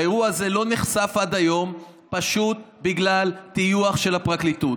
והאירוע הזה לא נחשף עד היום פשוט בגלל טיוח של הפרקליטות.